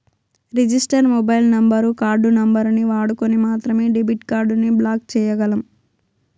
register mobile number, card నంబరుని వాడుకొని మాత్రమే డెబిట్ కార్డుని బ్లాక్ చేయ్యగలం